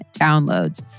downloads